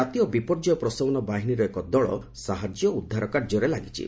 ଜାତୀୟ ବିପର୍ଯ୍ୟୟ ପ୍ରଶମନ ବାହିନୀର ଏକ ଦଳ ସାହାଯ୍ୟ ଓ ଉଦ୍ଧାର କାର୍ଯ୍ୟରେ ଲାଗିଛି